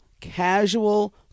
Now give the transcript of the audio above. casual